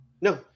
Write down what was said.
No